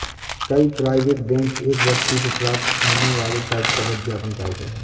कई private bank एक व्यक्ति को प्राप्त होने वाले कर्ज का विज्ञापन करते हैं